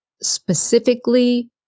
specifically